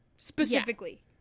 Specifically